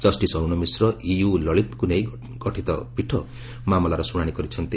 justice Arun Mishra UU ଲଳିତଙ୍କୁ ନେଇ ଗଠିତ ପୀଠ ମାମଲାର ଶୁଣାଣି କରିଛନ୍ତି